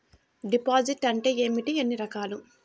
Deposit అంటే ఏమిటీ ఎన్ని రకాలు?